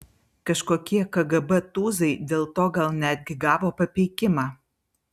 kažkokie kgb tūzai dėl to gal netgi gavo papeikimą